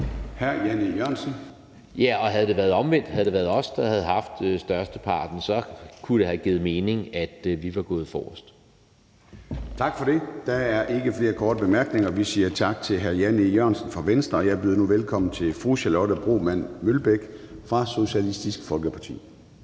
Jørgensen (V): Ja, og havde det været omvendt, altså havde det været os, der havde haft størsteparten, kunne det have givet mening, at vi var gået forrest. Kl. 10:38 Formanden (Søren Gade): Tak for det. Der er ikke flere korte bemærkninger. Vi siger tak til hr. Jan E. Jørgensen fra Venstre, og jeg byder nu velkommen til fru Charlotte Broman Mølbæk fra Socialistisk Folkeparti.